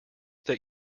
that